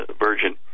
Virgin